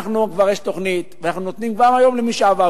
כבר יש תוכנית, ואנחנו נותנים כבר היום למי שעבר.